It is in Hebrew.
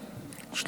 בבקשה.